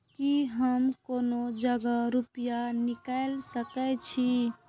की हम कोनो जगह रूपया निकाल सके छी?